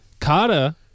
Carter